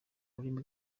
rurimi